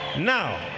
Now